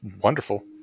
wonderful